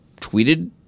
tweeted